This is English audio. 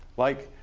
like,